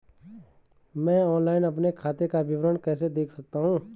मैं ऑनलाइन अपने खाते का विवरण कैसे देख सकता हूँ?